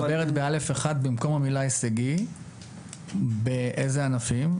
את מדברת ב-(א1) במקום המילה הישגי, באיזה ענפים?